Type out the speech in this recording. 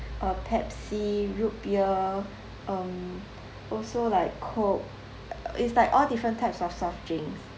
uh pepsi root beer um also like coke it's like all different types of soft drinks